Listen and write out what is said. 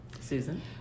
Susan